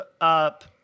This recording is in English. up